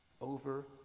over